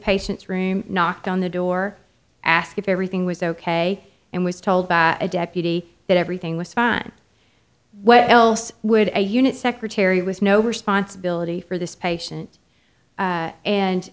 patient's room knocked on the door asked if everything was ok and was told by a deputy that everything was fine what else would a unit secretary was no responsibility for this patient